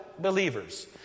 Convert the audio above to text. believers